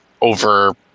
over